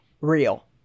real